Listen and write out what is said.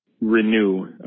renew